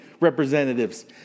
representatives